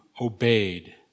obeyed